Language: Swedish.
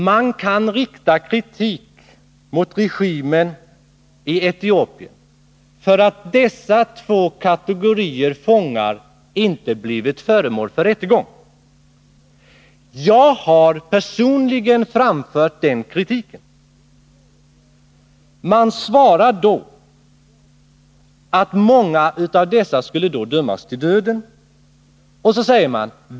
Man kan rikta kritik mot regimen i Etiopien för att dessa två kategorier fångar inte blivit föremål för rättegång. Jag har personligen framfört den kritiken. Man har svarat mig att många av dessa då skulle dömas till döden.